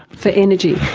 for energy.